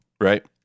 Right